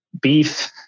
beef